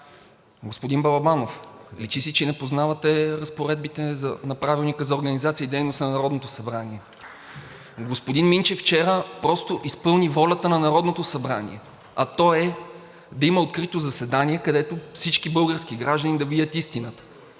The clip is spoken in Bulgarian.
Господин Балабанов, личи си, че не познавате разпоредбите на Правилника за организацията и дейността на Народното събрание. Господин Минчев вчера изпълни волята на Народното събрание, а то е да има открито заседание, където всички български граждани да видят истината.